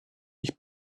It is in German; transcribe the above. ich